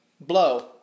Blow